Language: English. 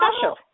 special